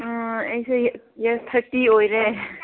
ꯑꯩꯁꯦ age thirty ꯑꯣꯏꯔꯦ